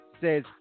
says